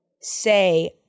say